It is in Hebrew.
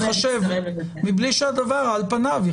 על פניו,